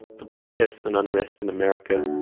the protests and unrest in america,